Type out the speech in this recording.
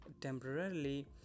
temporarily